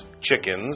chickens